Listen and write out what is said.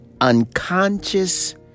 unconscious